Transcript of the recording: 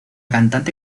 cantante